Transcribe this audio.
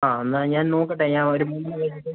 ആ എന്നാൽ ഞാൻ നോക്കട്ടെ ഞാൻ ഒരു മൂന്ന് കഴിഞ്ഞിട്ട്